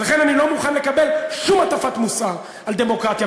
ולכן אני לא מוכן לקבל שום הטפת מוסר על דמוקרטיה.